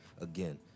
Again